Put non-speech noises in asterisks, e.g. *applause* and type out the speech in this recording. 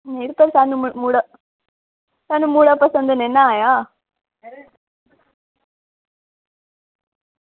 *unintelligible* सानू मुड़ा पसंद नेईं ना आया